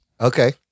Okay